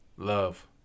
love